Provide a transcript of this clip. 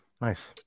nice